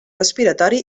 respiratori